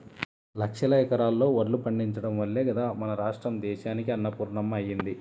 లక్షల ఎకరాల్లో వడ్లు పండించడం వల్లే గదా మన రాష్ట్రం దేశానికే అన్నపూర్ణమ్మ అయ్యింది